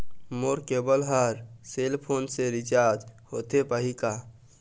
मोर cable हर cell phone से recharge होथे पाही का?